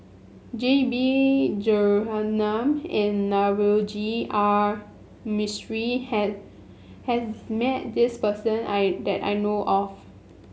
J B Jeyaretnam and Navroji R Mistri has has met this person I that I know of